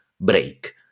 break